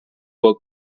will